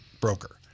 broker